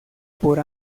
por